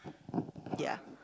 ya